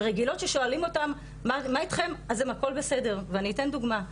רגילות ששואלים אותם: 'מה איתכן?' אז הן הכול בסדר ואני אתן דוגמא,